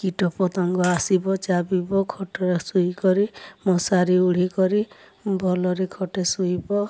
କୀଟ ପତଙ୍ଗ ଆସିବ ଚାବିବ ଖଟରେ ଶୁଇକରି ମଶାରୀ ଉଢ଼ି କରି ଭଲରେ ଖଟେ ଶୁଇବ